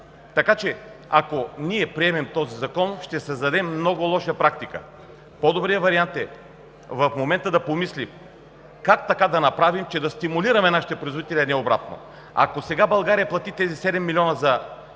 Така че, ако ние приемем този закон, ще създадем много лоша практика. По-добрият вариант е в момента да помислим как да направим така, че да стимулираме нашите производители, а не обратно. Ако сега България плати тези 7 милиона за